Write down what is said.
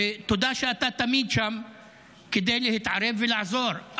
ותודה שאתה תמיד שם כדי להתערב ולעזור,